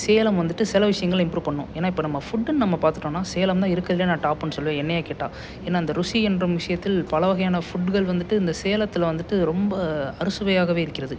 சேலம் வந்துட்டு சில விஷயங்கள இம்ப்ரூவ் பண்ணணும் ஏன்னால் நம்ம ஃபுட்டு நம்ம பார்த்துட்டோன்னா சேலம் தான் இருக்கிறதுலையே நான் டாப்புன்னு சொல்லுவேன் என்னை கேட்டால் ஏன்னால் இந்த ருசி என்றும் விஷயத்தில் பல வகையான ஃபுட்டுகள் வந்துட்டு இந்த சேலத்தில் வந்துட்டு ரொம்ப அறுசுவையாகவே இருக்கிறது